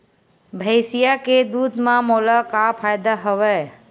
भैंसिया के दूध म मोला का फ़ायदा हवय?